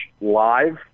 live